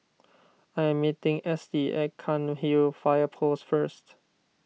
I am meeting Estie at Cairnhill Fire Post first